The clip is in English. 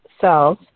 cells